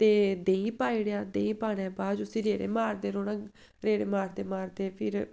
ते देहीं पाई ओड़ेआ देहीं पाने दे बाद उस्सी रेड़े मारदे रौह्ना रेड़े मारदे मारदे फिर